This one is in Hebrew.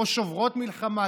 "או שוברות מלחמה",